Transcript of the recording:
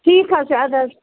ٹھیٖک حظ چھُ اَدٕ حظ